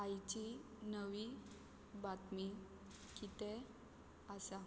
आयची नवी बातमी कितें आसा